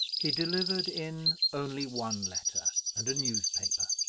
he delivered in only one letter and a newspaper.